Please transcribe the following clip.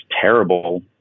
terrible